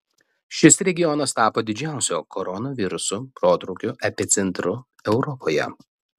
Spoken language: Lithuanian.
šis regionas tapo didžiausiu koronaviruso protrūkio epicentru europoje